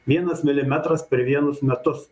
vienas milimetras per vienus metus